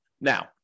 Now